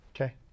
Okay